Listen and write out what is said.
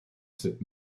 cette